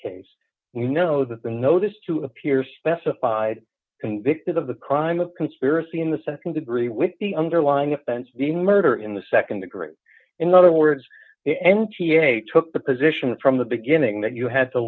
case you know that the notice to appear specified convicted of the crime of conspiracy in the nd degree with the underlying offense the murder in the nd degree in other words the n t a took the position from the beginning that you had to